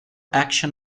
action